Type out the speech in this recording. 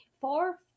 four